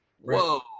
Whoa